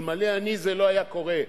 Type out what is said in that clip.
אלמלא אני זה לא היה קורה.